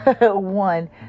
one